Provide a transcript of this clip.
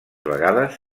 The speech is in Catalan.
vegades